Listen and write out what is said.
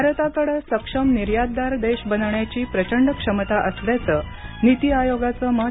भारताकडे सक्षम निर्यातदार देश बनण्याची प्रचंड क्षमता असल्याचं नीती आयोगाचं मत